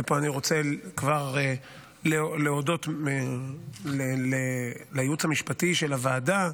ופה אני רוצה להודות לייעוץ המשפטי של הוועדה,